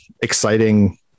exciting